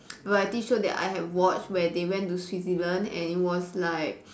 variety show that I have watched where they went to Switzerland and it was like